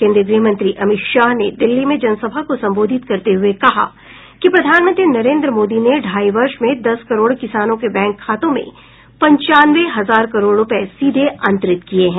केन्द्रीय गृह मंत्री अमित शाह ने दिल्ली में जनसभा को संबोधित करते हुए कहा कि प्रधानमंत्री नरेन्द्र मोदी ने ढाई वर्ष में दस करोड़ किसानों के बैंक खातों में पंचानवे हजार करोड़ रूपये सीधे अंतरित किए हैं